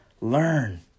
learn